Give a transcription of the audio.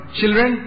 children